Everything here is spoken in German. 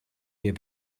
mir